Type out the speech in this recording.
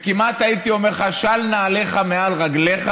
כמעט הייתי אומר לך: של נעליך מעל רגליך